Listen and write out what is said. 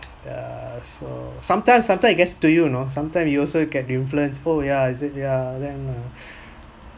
ya so sometime sometime it get to you know sometime you also get influence oh yeah is it ya then